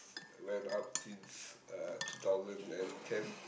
went up since uh two thousand and ten